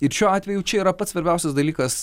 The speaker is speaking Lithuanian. ir šiuo atveju čia yra pats svarbiausias dalykas